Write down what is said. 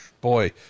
boy